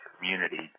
community